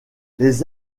les